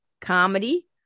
Comedy